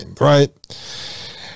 right